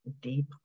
deep